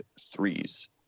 threes